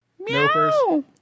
Meow